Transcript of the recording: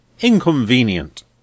inconvenient